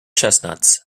chestnuts